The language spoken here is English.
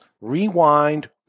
rewind